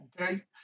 okay